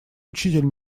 учитель